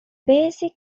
basic